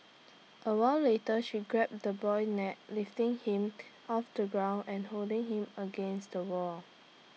A while later she grabbed the boy's neck lifting him off the ground and holding him up against the wall